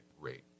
rate